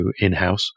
in-house